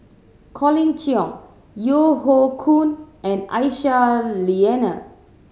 Colin Cheong Yeo Hoe Koon and Aisyah Lyana